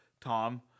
Tom